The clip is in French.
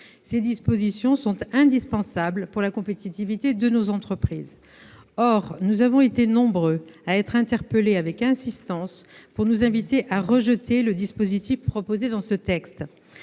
Ces dispositions sont indispensables pour la compétitivité de nos entreprises. Or nous avons été nombreux à être interpellés avec insistance pour nous inviter à rejeter le dispositif proposé dans ce texte.